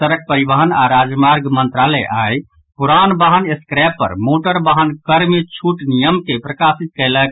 सड़क परिवहन आ राजमार्ग मंत्रालय आइ पुरान वाहनक स्क्रैप पर मोटर वाहन कर मे छूटक नियम के प्रकाशित कयलक